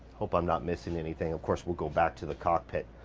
hope i'm not missing anything. of course, we'll go back to the cockpit.